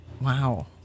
Wow